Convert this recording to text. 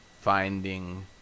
finding